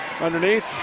Underneath